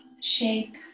shape